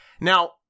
Now